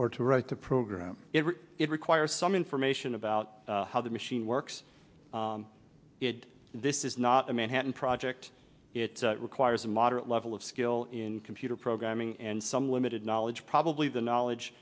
or to write the program if it requires some information about how the machine works this is not a manhattan project it requires a moderate level of skill in computer programming and some limited knowledge probably the knowledge